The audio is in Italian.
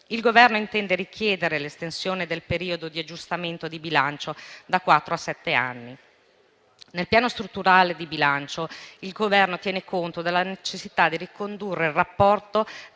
Il Governo intende richiedere l'estensione del periodo di aggiustamento di bilancio da quattro a sette anni. Nel Piano strutturale di bilancio, il Governo tiene conto della necessità di ricondurre il rapporto